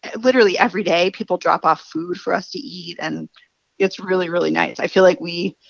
ah literally every day people drop off food for us to eat. and it's really, really nice. i feel like we,